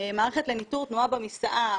מערכת לניטור תנועה במיסעה,